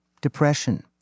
depression